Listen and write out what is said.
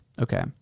okay